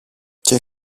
και